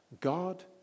God